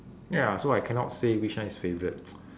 ya so I cannot say which one is favourite